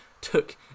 took